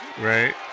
Right